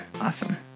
awesome